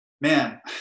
man